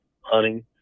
hunting